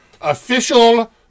official